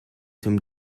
zum